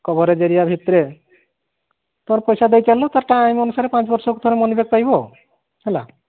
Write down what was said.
coverage area ଭିତରେ ତାର ପଇସା ଦେଇ ଚାଲିଲ ତାର ଟାଇମ୍ ଅନୁସାରେ ପାଞ୍ଚ ବର୍ଷକୁ ଥରେ ମନି ବ୍ୟାକ୍ ପାଇବ ହେଲା